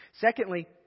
Secondly